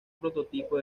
prototipo